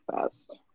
fast